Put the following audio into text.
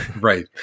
Right